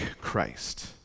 Christ